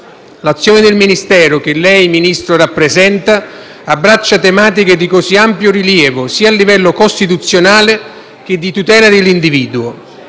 L'azione del Ministero che lei, signor Ministro, rappresenta abbraccia tematiche di così ampio rilievo, sia a livello costituzionale che di tutela dell'individuo,